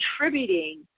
contributing